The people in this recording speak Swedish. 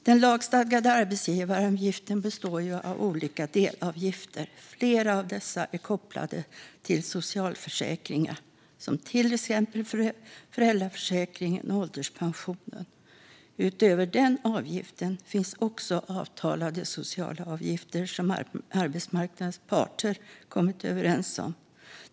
Den lagstadgade arbetsgivaravgiften består av olika delavgifter. Flera av dessa är kopplade till socialförsäkringar som till exempel föräldraförsäkringen och ålderspensionen. Utöver den avgiften finns också avtalade sociala avgifter som arbetsmarknadens parter kommit överens om.